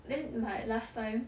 then like last time